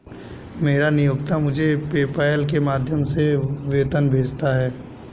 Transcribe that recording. मेरा नियोक्ता मुझे पेपैल के माध्यम से वेतन भेजता है